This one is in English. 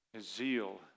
zeal